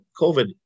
COVID